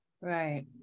Right